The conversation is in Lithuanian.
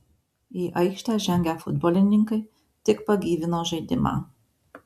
į aikštę žengę futbolininkai tik pagyvino žaidimą